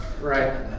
Right